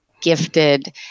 gifted